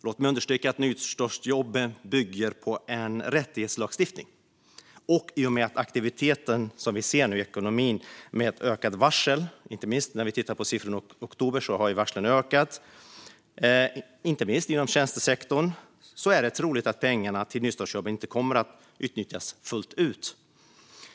Låt mig understryka att nystartsjobben bygger på en rättighetslagstiftning. Aktiviteten i ekonomin minskar med ökade varsel. När vi tittat på siffrorna för oktober har vi sett att varslen ökat inte minst inom tjänstesektorn. Det är troligt att pengarna till nystartsjobben inte kommer att utnyttjas fullt ut.